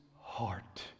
heart